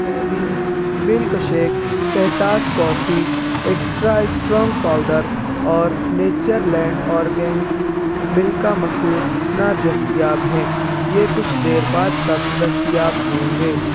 کیونس milk shake کہتاز coffee extra strong powder اور Natureland organics ملکا مسور نادستیاب ہے یہ کچھ دیر بعد تک دستیاب ہوں گے